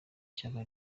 ishyaka